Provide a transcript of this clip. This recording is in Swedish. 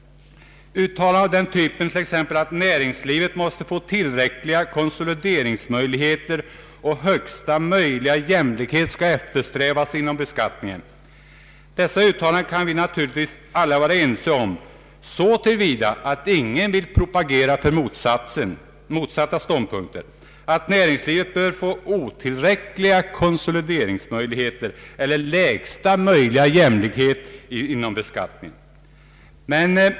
Uttalanden av den typen är t.ex. att ”näringslivet måste få tillräckliga konsolideringsmöjligheter” och ”högsta möjliga jämlikhet skall eftersträvas inom beskattningen”. Dessa uttalanden kan vi naturligtvis alla vara ense om så till vida att ingen vill propagera för motsatta ståndpunkter — att näringslivet bör få otillräckliga konsolideringsmöjligheter eller att lägsta möjliga jämlikhet skall eftersträvas inom beskattningen.